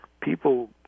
people